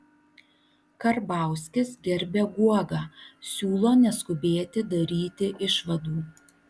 karbauskis gerbia guogą siūlo neskubėti daryti išvadų